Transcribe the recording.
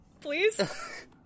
please